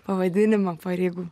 pavadinimą pareigų